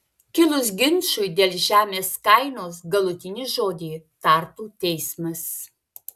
kilus ginčui dėl žemės kainos galutinį žodį tartų teismas